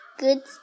good